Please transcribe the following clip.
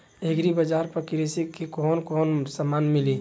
Agri बाजार पर कृषि के कवन कवन समान मिली?